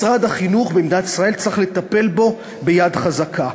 משרד החינוך במדינת ישראל צריך לטפל בו ביד חזקה.